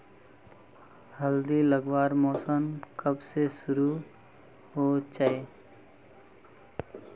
हल्दी लगवार मौसम कब से शुरू होचए?